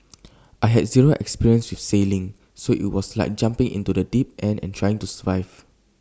I had zero experience with sailing so IT was like jumping into the deep end and trying to survive